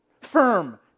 firm